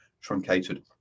truncated